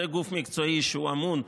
זה גוף מקצועי שאמון,